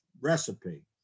recipe